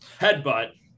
Headbutt